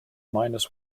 minus